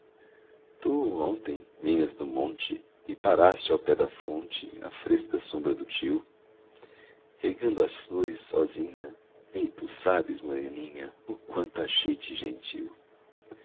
tu ontem vinhas do monte e paraste ao pé da fonte à fresca sombra do til regando as flores sozinha nem tu sabes moreninha o quanto achei te gentil